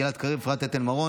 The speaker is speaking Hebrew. גלעד קריב ואפרת רייטן מרום.